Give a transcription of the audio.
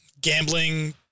gambling